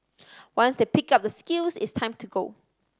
once they pick up the skills it's time to go